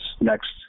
next